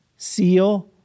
seal